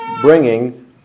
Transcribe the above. bringing